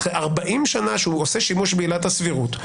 40 שנה שהוא עושה שימוש בעילת הסבירות,